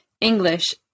English